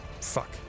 fuck